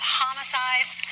homicides